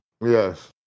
Yes